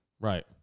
right